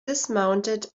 dismounted